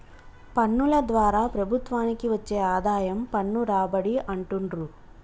పన్నుల ద్వారా ప్రభుత్వానికి వచ్చే ఆదాయం పన్ను రాబడి అంటుండ్రు